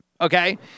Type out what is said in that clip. Okay